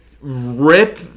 rip